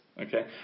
Okay